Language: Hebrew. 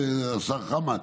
השר חמד?